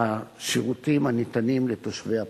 השירותים הניתנים לתושבי הפריפריה.